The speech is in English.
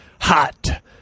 hot